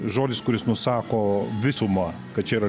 žodis kuris nusako visumą kad čia yra